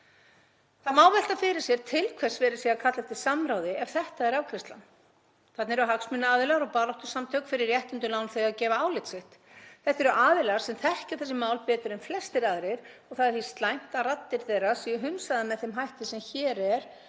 Það má velta fyrir sér til hvers verið sé að kalla eftir samráði ef þetta er afgreiðslan. Þarna eru hagsmunaaðilar og baráttusamtök fyrir réttindum lánþega að gefa álit sitt. Þetta eru aðilar sem þekkja þessi mál betur en flestir aðrir og það er því slæmt að raddir þeirra séu hunsaðar með þeim hætti sem hér er